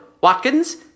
Watkins